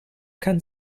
kann